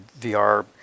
VR